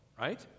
right